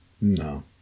No